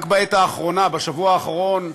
רק בעת האחרונה, בשבוע האחרון,